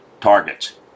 targets